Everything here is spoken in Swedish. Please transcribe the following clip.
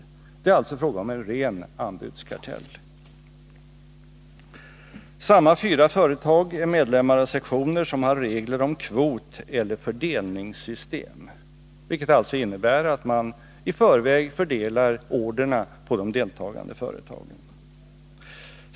Det är alltså fråga om en ren anbudskartell. Samma fyra företag är medlemmar av sektioner som har regler om kvoteller fördelningssystem, vilket alltså innebär att man i förväg fördelar orderna på de deltagande företagen.